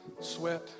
Sweat